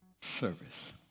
service